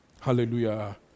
Hallelujah